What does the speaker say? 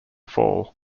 fall